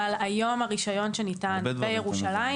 אבל היום הרישיון שניתן בירושלים